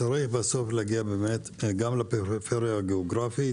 בסוף צריך להגיע גם לפריפריה הגיאוגרפית.